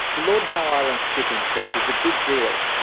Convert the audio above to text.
the lord howe island stick insect is a big deal,